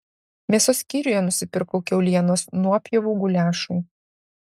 mėsos skyriuje nusipirkau kiaulienos nuopjovų guliašui